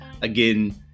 again